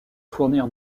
fournir